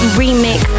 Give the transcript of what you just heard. remix